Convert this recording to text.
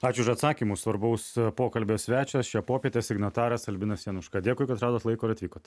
ačiū už atsakymus svarbaus pokalbio svečias šią popietę signataras albinas januška dėkui kad suradot laiko ir atvykot